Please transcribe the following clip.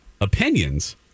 opinions